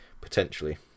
potentially